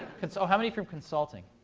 and so how many from consulting?